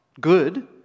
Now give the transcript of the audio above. good